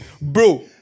bro